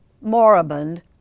moribund